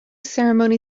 ceremony